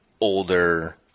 older